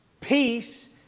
Peace